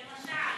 למשל.